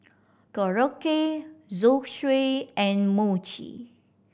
Korokke Zosui and Mochi